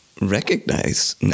recognize